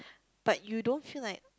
but you don't feel like